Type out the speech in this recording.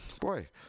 boy